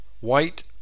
white